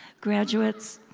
graduates,